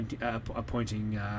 appointing